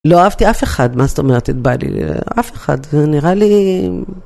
לא אהבתי אף אחד. מה זאת אומרת? את באה לי ל... אף אחד. נראה לי...